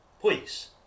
please